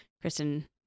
Kristen